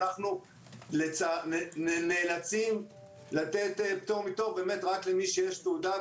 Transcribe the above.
אנחנו נאלצים לתת פטור מתור רק למי שיש תעודה,